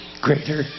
greater